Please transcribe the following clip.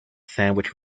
sandwich